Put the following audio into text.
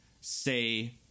say